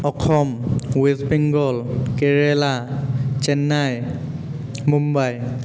Assam West Bengal Kerala Chennai Mumbai